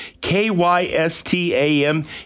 KYSTAM